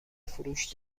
فروش